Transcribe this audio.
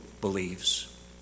believes